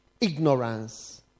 ignorance